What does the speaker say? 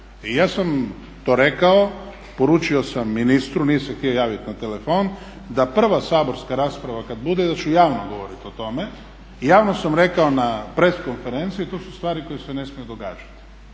ja sam to rekao, poručio sam ministru, nije se htio javiti na telefon, da prva saborska rasprava kad bude da ću javno govoriti o tome i javno sam rekao na press konferenciji. To su stvari koje se ne smiju događati.